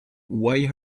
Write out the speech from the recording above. why